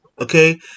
Okay